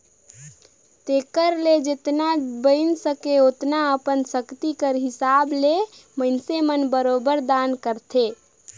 तेकरे ले जेतना बइन सके ओतना अपन सक्ति कर हिसाब ले मइनसे मन बरोबेर दान करथे